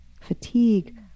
fatigue